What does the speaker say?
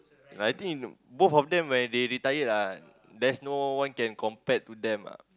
I think both of them when they retired ah there's no one can compared to them ah